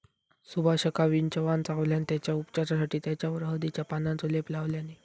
सुभाषका विंचवान चावल्यान तेच्या उपचारासाठी तेच्यावर हळदीच्या पानांचो लेप लावल्यानी